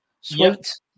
Sweet